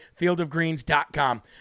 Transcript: fieldofgreens.com